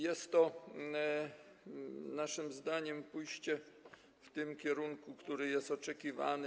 Jest to naszym zdaniem pójście w kierunku, który jest oczekiwany.